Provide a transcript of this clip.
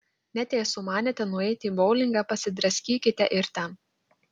net jei sumanėte nueiti į boulingą pasidraskykite ir ten